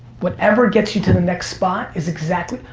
whatever gets you to the next spot, is exactly,